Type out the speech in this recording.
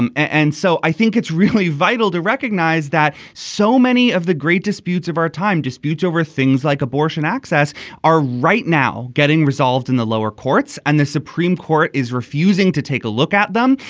and and so i think it's really vital to recognize that so many of the great disputes of our time disputes over things like abortion access are right now getting resolved in the lower courts and the supreme court is refusing to take a look at them.